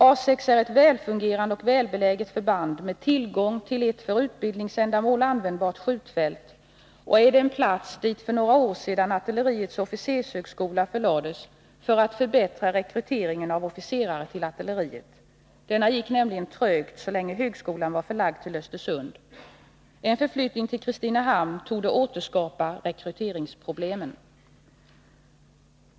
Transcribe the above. A 6 är ett välfungerande och välbeläget förband med tillgång till ett för utbildningsändamål användbart skjutfält, och A 6 är den plats dit för några år sedan artilleriets officershögskola förlades i syfte att förbättra rekryteringen av officerare till artilleriet. Denna gick nämligen trögt så länge högskolan var förlagd till Östersund. En förflyttning till Kristinehamn torde återskapa rekryteringsproblemen.